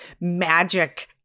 magic